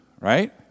right